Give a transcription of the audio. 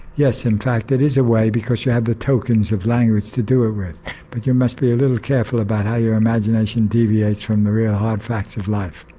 yes in fact it is a way, because you have the tokens of language to do it with, but you must be a little careful about how your imagination deviates from the real hard facts of life.